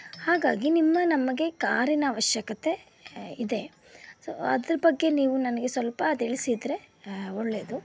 ಹಾಗಾಗಿ ನಿಮ್ಮ ನಮಗೆ ಕಾರಿನ ಅವಶ್ಯಕತೆ ಇದೆ ಸೊ ಅದರ ಬಗ್ಗೆ ನೀವು ನನಗೆ ಸ್ವಲ್ಪ ತಿಳಿಸಿದರೆ ಒಳ್ಳೆಯದು